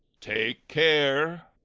take care.